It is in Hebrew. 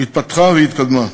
התפתחה והתקדמה.